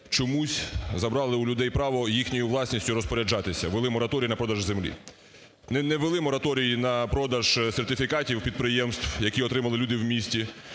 чомусь забрали у людей право їхньою власністю розпоряджатися, ввели мораторій на продаж землі. Не ввели мораторій на продаж сертифікатів підприємств, які отримали люди в місті,